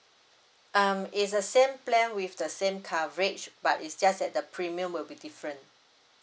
um it's the same plan with the same coverage but it's just that the premium will be different